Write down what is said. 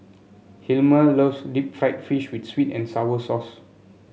Hilmer loves Deep Fried Fish with sweet and sour sauce